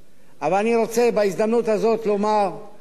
אבל אני רוצה בהזדמנות הזאת לומר שהגנת